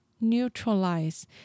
neutralize